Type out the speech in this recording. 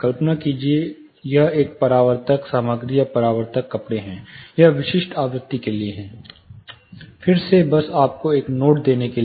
कल्पना कीजिए कि यह एक परावर्तक सामग्री या परावर्तक कपड़े है यह विशिष्ट आवृत्ति के लिए है फिर से बस आपको एक नोट देने के लिए